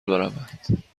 برود